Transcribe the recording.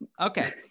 Okay